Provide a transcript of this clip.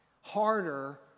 harder